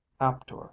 Aptor